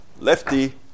lefty